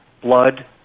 blood